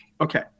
Okay